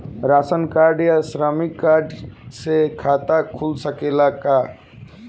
Ration card या श्रमिक card से खाता खुल सकेला का?